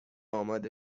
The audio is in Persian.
آمده